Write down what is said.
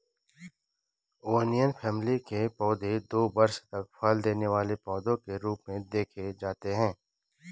onion family के पौधे दो वर्ष तक फल देने वाले पौधे के रूप में देखे जाते हैं